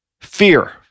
Fear